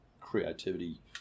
creativity